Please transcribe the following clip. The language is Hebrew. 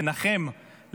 לנחם,